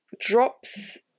drops